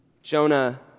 Jonah